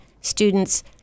students